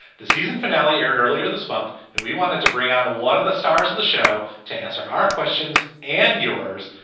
the season finale aired earlier this month, and we wanted to bring on one of the stars of the show to answer our questions and yours.